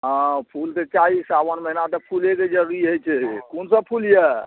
हँ फूल तऽ चाही साओन महिना तऽ फूलेके जरूरी हइ छै कोन सब फूल यऽ